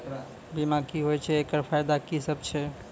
बीमा की छियै? एकरऽ फायदा की सब छै?